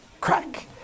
crack